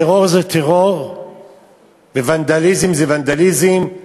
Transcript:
טרור זה טרור וונדליזם זה ונדליזם,